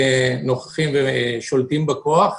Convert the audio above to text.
נוכחים ושולטים בכוח.